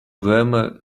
grammar